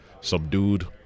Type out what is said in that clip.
subdued